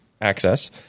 access